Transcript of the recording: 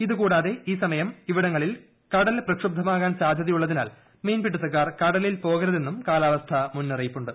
ഇതുകൂടാതെ ഈ സമയം ഇവിടുങ്ങളിൽ കടൽ പ്രക്ഷുബ്ധമാകാൻ സാധ്യതയുള്ളതിനാൽ മീൻപിടുത്തക്കാർ കടലിൽ പോകരുതെന്നും കാലാവസ്ഥാ മുന്നറിയിപ്പുണ്ട്